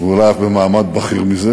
ואולי אף במעמד בכיר מזה.